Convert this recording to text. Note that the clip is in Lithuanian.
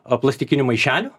a plastikinių maišelių